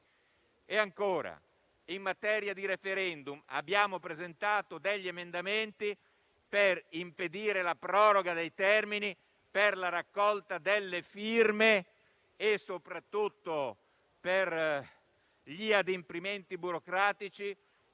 In materia di *referendum* abbiamo presentato degli emendamenti per impedire la proroga dei termini per la raccolta delle firme e, soprattutto, per gli adempimenti burocratici